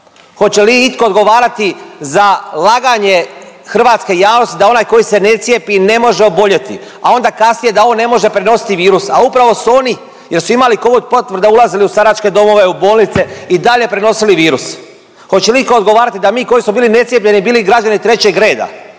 Hoće li itko odgovarati za laganje hrvatske javnosti da onaj koji se ne cijepi ne može oboljeti, a onda kasnije da on ne može prenositi virus, a upravo su oni jer su imali covid potvrde ulazili u staračke domove, u bolnice i dalje prenosili virus. Hoće li itko odgovarati da mi koji smo bili necijepljeni bili građani trećeg reda.